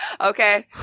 Okay